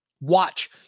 Watch